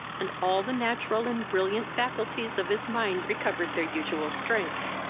and all the natural and brilliant faculties of his mind recovered their usual strength,